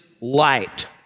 light